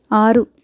ఆరు